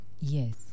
Yes